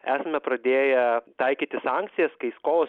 esame pradėję taikyti sankcijas kai skolos